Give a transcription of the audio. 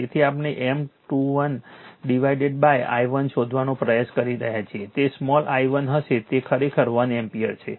તેથી આપણે M21 divided by i1 શોધવાનો પ્રયાસ કરી રહ્યા છીએ તે સ્મોલ i1 હશે તે ખરેખર 1 એમ્પીયર છે